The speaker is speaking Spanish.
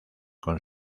con